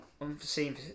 unforeseen